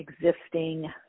existing